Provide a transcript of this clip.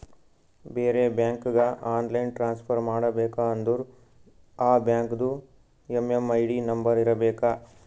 ಬೇರೆ ಬ್ಯಾಂಕ್ಗ online transfer ಮಾಡಬೇಕ ಅಂದುರ್ ಆ ಬ್ಯಾಂಕ್ದು ಎಮ್.ಎಮ್.ಐ.ಡಿ ನಂಬರ್ ಇರಬೇಕ